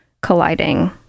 colliding